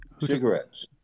Cigarettes